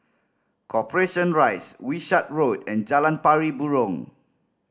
Corporation Rise Wishart Road and Jalan Pari Burong